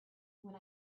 when